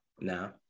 now